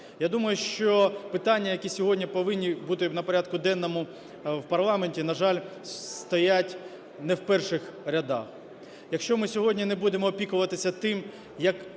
Я думаю, що питання, які сьогодні повинні бути на порядку денному в парламенті, на жаль, стоять не в перших рядах. Якщо ми сьогодні не будемо опікуватися тим, як